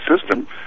system